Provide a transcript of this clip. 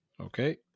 okay